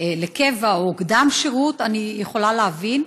לקבע או קדם-שירות, אני יכולה להבין.